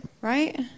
Right